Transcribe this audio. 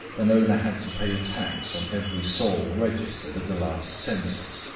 an owner had to pay a tax on every soul registered at the last census,